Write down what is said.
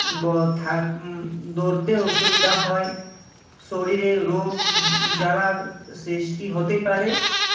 গ থাক দৌড়তেও অসুবিধা হয় শরীরে রোগ জ্বালার সৃষ্টি হতে পারে